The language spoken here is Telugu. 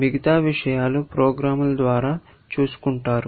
మిగతా విషయాలు ప్రోగ్రామ్ల ద్వారా చూసుకుంటారు